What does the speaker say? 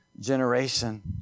generation